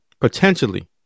potentially